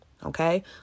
Okay